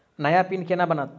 नया पिन केना बनत?